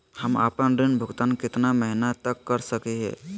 हम आपन ऋण भुगतान कितना महीना तक कर सक ही?